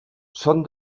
són